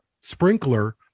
sprinkler